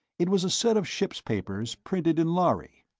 it was a set of ship's papers printed in lhari.